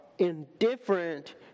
indifferent